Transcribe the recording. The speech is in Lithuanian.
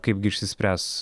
kaipgi išsispręs